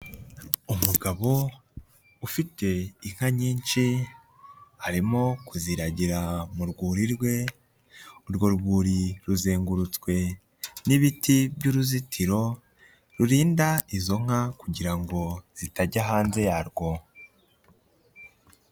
Umugabo ufite inka nyinshi arimo kuziragira mu rwuri rwe, urwo rwuri ruzengurutswe n'ibiti by'uruzitiro rurinda izo nka kugira ngo zitajya hanze yarwo.